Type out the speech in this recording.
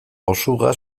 osuga